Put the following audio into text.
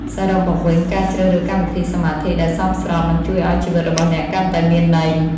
សរុបមកវិញការជ្រើសរើសកម្មវិធីសមាធិដែលសមស្របនឹងជួយឱ្យជីវិតរបស់អ្នកកាន់តែមានន័យ។